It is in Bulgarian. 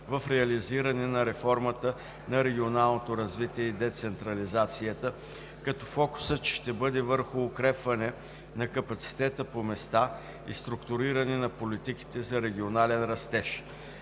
в реализиране на реформата на регионалното развитие и децентрализацията, като фокусът ще бъде върху укрепване на капацитета по места и структуриране на политиките за регионален растеж.